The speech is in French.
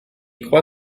croit